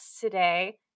today